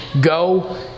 go